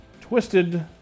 Twisted